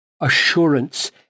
assurance